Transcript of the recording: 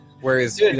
Whereas